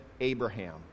Abraham